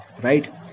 right